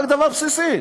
רק דבר בסיסי,